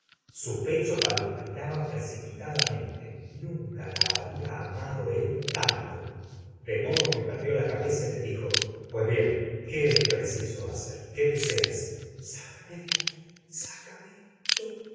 su pecho palpitaba precipitadamente nun ca la había amado él tanto de modo que perdió la cabe za y le dijo pues bien qué es preciso hacer qué deseas sácame de aqul sácame yo